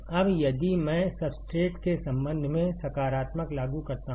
अब यदि मैं सब्सट्रेट के संबंध में सकारात्मक लागू करता हूं